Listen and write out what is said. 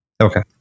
Okay